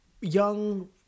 young